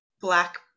black